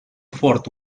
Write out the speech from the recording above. fort